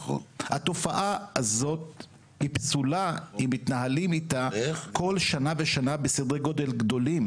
התופעה הזאת היא פסולה אם מתנהלים איתה בכל שנה ושנה בסדרי גודל גדולים.